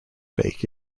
bake